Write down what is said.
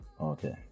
Okay